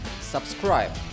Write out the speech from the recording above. subscribe